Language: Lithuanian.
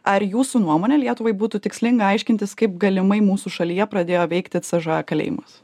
ar jūsų nuomone lietuvai būtų tikslinga aiškintis kaip galimai mūsų šalyje pradėjo veikti sžv kalėjimas